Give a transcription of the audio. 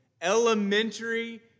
elementary